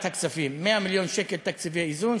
הכספים: 100 מיליון שקלים תקציבי איזון,